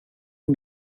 för